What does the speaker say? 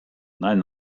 nein